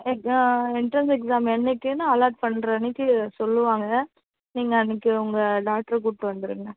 entrance exam என்னைக்குன்னு allot பண்ணுற அன்றைக்கு சொல்வாங்க நீங்கள் அன்றைக்கு உங்கள் டாட்டர கூப்ட்டு வந்துடுங்க